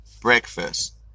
breakfast